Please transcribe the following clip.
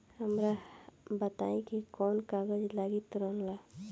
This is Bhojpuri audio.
हमरा बताई कि कौन कागज लागी ऋण ला?